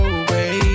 away